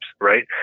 right